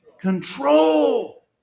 Control